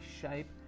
shape